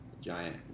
giant